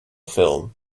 film